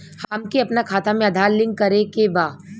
हमके अपना खाता में आधार लिंक करें के बा?